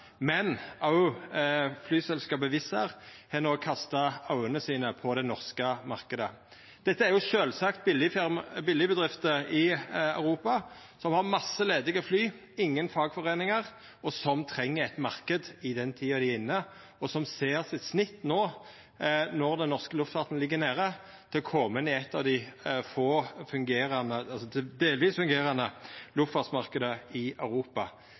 men òg flyselskapet Wizz Air har no kasta auga sine på den norske marknaden. Dette er sjølvsagt ei billegbedrift i Europa som har masse ledige fly, inga fagforeiningar, som treng ein marknad i den tida dei er inne i, og som ser sitt snitt no når den norske luftfarten ligg nede, til å koma inn i ein av de få delvis fungerande luftfartsmarknadane i Europa.